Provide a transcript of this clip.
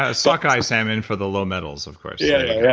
ah sockeye salmon for the low metals of course yeah, yeah, yeah.